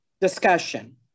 Discussion